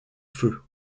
feu